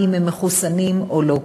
אם הם מחוסנים או לא.